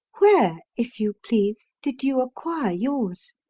where, if you please, did you acquire yours?